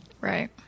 Right